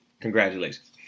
Congratulations